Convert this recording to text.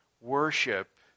worship